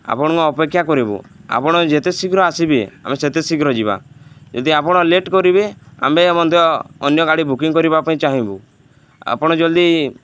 ଆପଣଙ୍କୁ ଅପେକ୍ଷା କରିବୁ ଆପଣ ଯେତେ ଶୀଘ୍ର ଆସିବେ ଆମେ ସେତେ ଶୀଘ୍ର ଯିବା ଯଦି ଆପଣ ଲେଟ୍ କରିବେ ଆମେ ମଧ୍ୟ ଅନ୍ୟ ଗାଡ଼ି ବୁକିଂ କରିବା ପାଇଁ ଚାହିଁବୁ ଆପଣ ଜଲ୍ଦି